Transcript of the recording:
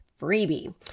freebie